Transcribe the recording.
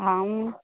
आम्